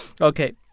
Okay